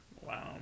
Wow